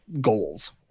goals